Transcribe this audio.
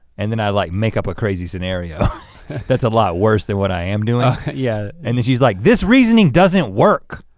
and then i like make up a crazy scenario that's a lot worse than what i am doing. oh yeah. and she's like, this reasoning doesn't work.